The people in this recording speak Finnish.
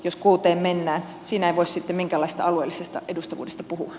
siinä ei voi sitten minkäänlaisesta alueellisesta edustavuudesta puhua